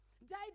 David